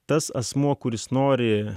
tas asmuo kuris nori